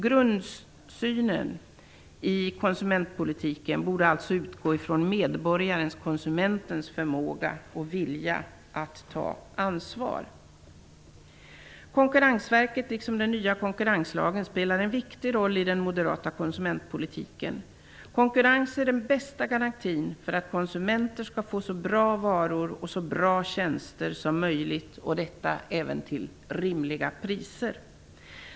Grundsynen i konsumentpolitiken borde alltså utgå från medborgarens/konsumentens förmåga och vilja att ta ansvar. Konkurrensverket likom den nya konkurrenslagen spelar en viktig roll i den moderata konsumentpolitiken. Konkurrens är den bästa garantin för att konsumenter skall få så bra varor och så bra tjänster som möjligt, till rimliga priser.